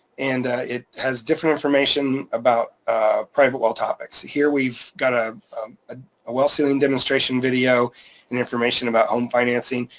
and it has different information about private well topics. here we've got a ah well sealing demonstration video and information about home financing.